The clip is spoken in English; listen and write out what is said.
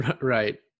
Right